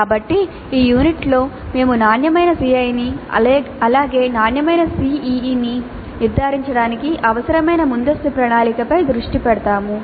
కాబట్టి ఈ యూనిట్లో మేము నాణ్యమైన CIE ని అలాగే నాణ్యమైన SEE ని నిర్ధారించడానికి అవసరమైన ముందస్తు ప్రణాళికపై దృష్టి పెడతాము